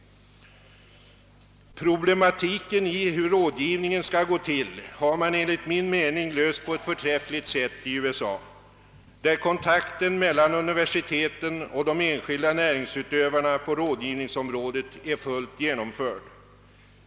Problemet om hur rådgivningen skall gå till har man enligt min mening löst på ett förträffligt sätt i USA, där kontakten mellan universiteten och de enskilda näringsutövarna på rådgivningsområdet är fullt genomförd.